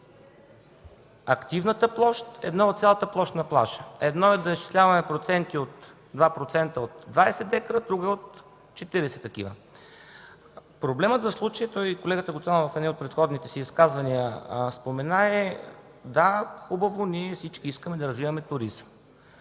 активната площ, едно е от цялата площ на плажа, едно е да изчисляваме 2% от 20 декара, друго е от 40 такива. Проблемът в случая, колегата Гуцанов в едно от предходните си изказвания спомена, е, да, хубаво, всички искаме да развиваме туризъм.